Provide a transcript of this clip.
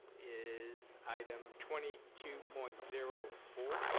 is item twenty two point zero four,